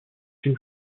une